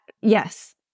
Yes